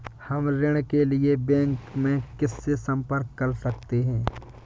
हम ऋण के लिए बैंक में किससे संपर्क कर सकते हैं?